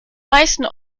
meisten